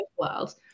worlds